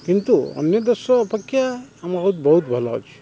କିନ୍ତୁ ଅନ୍ୟ ଦେଶ ଅପେକ୍ଷା ଆମର ବହୁତ ଭଲ ଅଛି